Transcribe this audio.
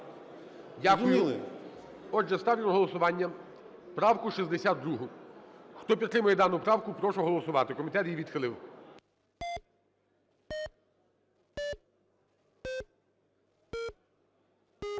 Дякую. Отже, ставлю на голосування правку 62. Хто підтримує дану правку, прошу голосувати, комітет її відхилив.